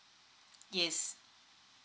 yes